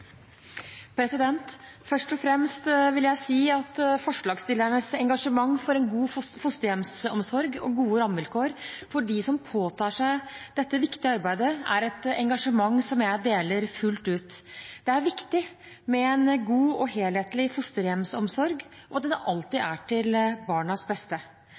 fellesskapet. Først og fremst vil jeg si at forslagsstillernes engasjement for en god fosterhjemsomsorg og for gode rammevilkår for dem som på tar seg dette viktige arbeidet, er et engasjement som jeg deler fullt ut. Det er viktig med en god og helhetlig fosterhjemsomsorg og at den alltid er til barns beste.